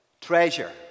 Treasure